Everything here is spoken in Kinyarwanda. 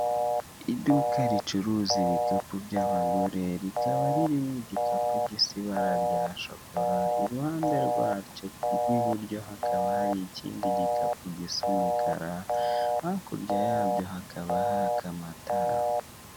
iduka ricuruza ibikapo bya bagore rikabaririmo igikapu gisa ibara rya chokora irihande rwacyo rwiburyo hakaba hari ikindi gikapu gisa umukara hakurya yacyo hakaba haka amatara.